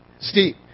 Steve